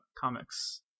comics